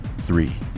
Three